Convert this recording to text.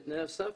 בתנאי הסף,